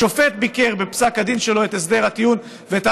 השופט ביקר בפסק הדין שלו את הסדר הטיעון ואף